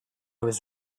was